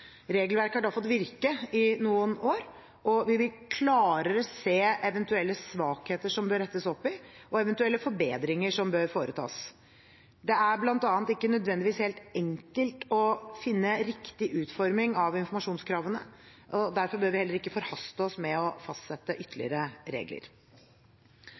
Regelverket har da fått virke i noen år, og vi vil klarere se eventuelle svakheter som det bør rettes opp i, og eventuelle forbedringer som bør foretas. Det er bl.a. ikke nødvendigvis helt enkelt å finne riktig utforming av informasjonskravene. Derfor bør vi heller ikke forhaste oss med å fastsette ytterligere regler.